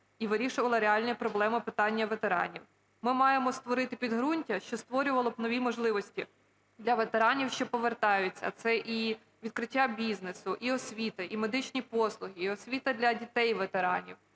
і вирішувала реальні проблеми питання ветеранів. Ми маємо створити підґрунтя, що створювало б нові можливості для ветеранів, що повертаються, це і відкриття бізнесу, і освіта, і медичні послуги, і освіта для дітей ветеранів,